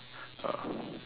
ah